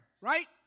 Right